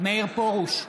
מאיר פרוש,